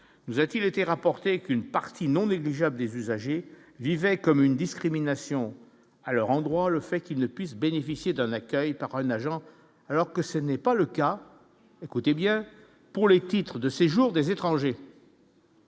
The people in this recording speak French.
nous a-t-il été rapporté qu'une partie non négligeable des usagers vivait comme une discrimination à leur endroit, le fait qu'il ne puisse bénéficier d'un accueil par un agent alors que ce n'est pas le cas, écoutez bien, pour les titres de séjour des étrangers.